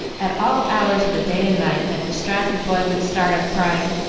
at all hours of the day and night that distracted boy would start up, crying,